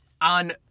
on